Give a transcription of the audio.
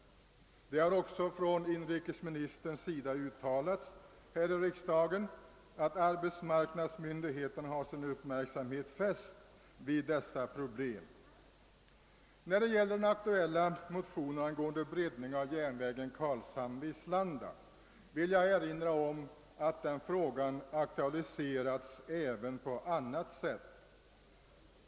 Inrikesministern har också uttalat här i riksdagen, att arbetsmarknadsmyndigheterna har sin uppmärksamhet riktad på dessa problem. Beträffande den aktuella motionen angående breddning av järnvägen Karlshamn— Vislanda vill jag erinra om att denna fråga aktualiserats även på annat sätt.